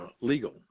legal